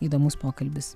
įdomus pokalbis